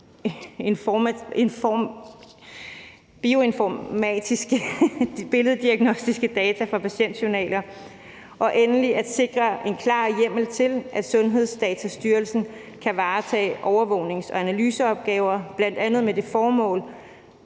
bioinformatiske billeddiagnostiske data fra patientjournaler; endelig at sikre en klar hjemmel til, at Sundhedsdatastyrelsen kan varetage overvågnings- og analyseopgaver med bl.a. det formål